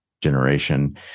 generation